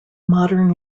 modern